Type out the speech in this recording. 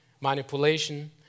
manipulation